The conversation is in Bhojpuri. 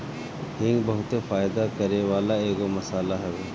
हिंग बहुते फायदा करेवाला एगो मसाला हवे